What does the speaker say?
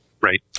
Right